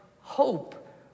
hope